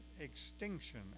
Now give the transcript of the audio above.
extinction